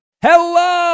Hello